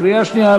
קריאה שנייה,